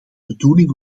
bedoeling